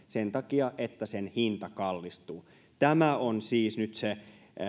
sen takia että sen hinta kallistuu tämä on siis nyt se